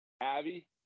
Abby